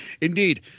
indeed